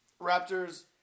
Raptors